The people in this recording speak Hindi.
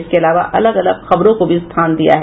इसके अलावा अलग अलग खबरों को भी स्थान दिया है